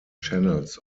channels